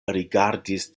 rigardis